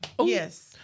yes